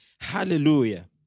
Hallelujah